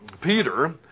Peter